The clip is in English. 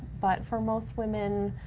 but for most women